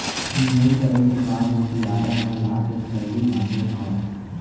लुवई करे के बाद म बियारा म लाके खरही गांजे हँव